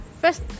First